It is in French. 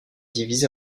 divisé